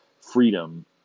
freedom